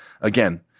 again –